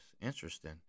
interesting